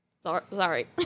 Sorry